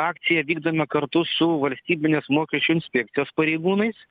akciją vykdome kartu su valstybinės mokesčių inspekcijos pareigūnais